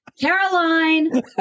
Caroline